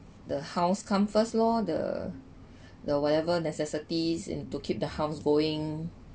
the house come first lor the the whatever necessities in to keep the house going